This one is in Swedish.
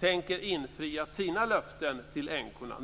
tänker infria sina löften till änkorna.